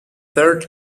third